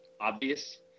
obvious